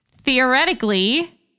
theoretically